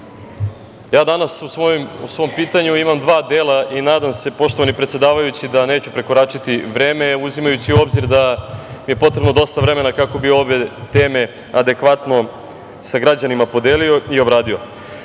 ja danas u svom pitanju imam dva dela i nadam se poštovani predsedavajući, da neću prekoračiti vreme, uzimajući u obzir da je potrebno dosta vremena kako bi ove teme adekvatno sa građanima podelio i obradio. Prva